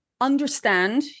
understand